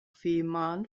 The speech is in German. fehmarn